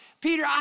Peter